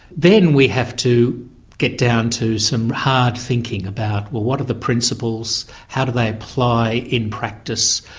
then we have to get down to some hard thinking about, well what are the principles? how do they apply in practice?